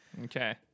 Okay